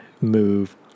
move